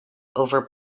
over